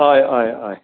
हय हय हय